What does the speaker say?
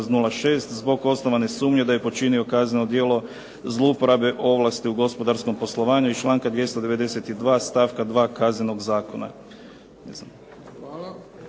Hvala.